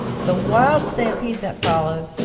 the wild stampede that followed,